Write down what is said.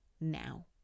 now